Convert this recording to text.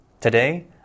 Today